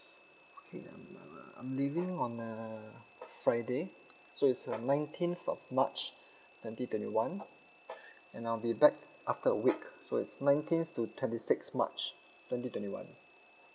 okay um I'm uh I'm leaving on a friday so it's uh nineteenth of march twenty twenty one and I'll be back after a week so it's nineteenth to twenty sixth march twenty twenty one